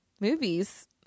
movies